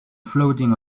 floating